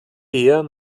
eher